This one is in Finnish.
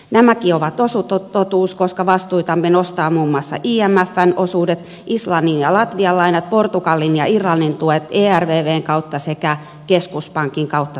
nämäkin ovat osatotuus koska vastuitamme nostavat muun muassa imfn osuudet islannin ja latvian lainat portugalin ja irlannin tuet ervvn kautta sekä keskuspankin kautta tulevat vastuut